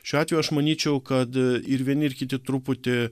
šiuo atveju aš manyčiau kad ir vieni ir kiti truputį